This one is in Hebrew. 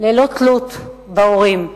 ללא תלות בהורים,